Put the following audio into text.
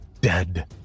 dead